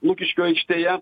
lukiškių aikštėje